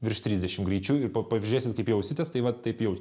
virš trisdešimt greičiu ir pa pažiūrėsit kaip jausitės tai vat taip jau